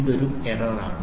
ഇത് ഒരു എറർ ആണ്